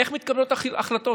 איך מתקבלות החלטות?